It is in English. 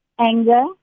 anger